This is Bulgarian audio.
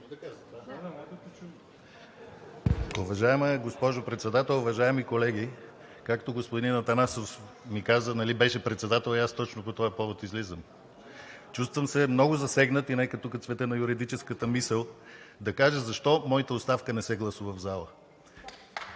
Уважаема госпожо Председател, уважаеми колеги! Както господин Атанасов ми каза: „Нали беше председател“ и точно по този повод излизам. Чувствам се много засегнат и нека тук цветът на юридическата мисъл да каже защо моята оставка не се гласува в залата?